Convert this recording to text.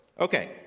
Okay